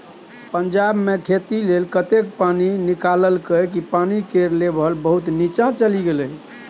पंजाब मे खेती लेल एतेक पानि निकाललकै कि पानि केर लेभल बहुत नीच्चाँ चलि गेलै